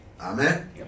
Amen